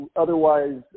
otherwise